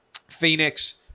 Phoenix